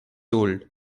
old